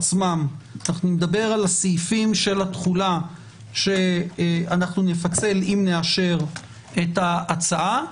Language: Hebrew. נדבר על סעיפי התחולה שנפצל אם נאשר את ההצעה,